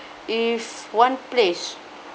if one place